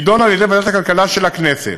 נדונה בוועדת הכלכלה של הכנסת,